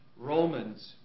Romans